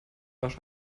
sind